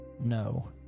no